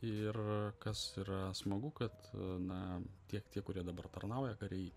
ir kas yra smagu kad na tie tie kurie dabar tarnauja kariai